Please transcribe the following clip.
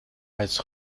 als